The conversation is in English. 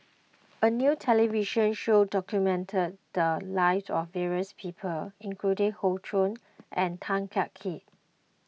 a new television show documented the lives of various people including Hoey Choo and Tan Kah Kee